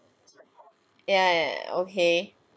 ya ya ya okay